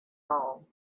all